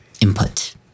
input